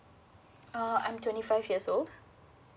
uh I'm twenty five years old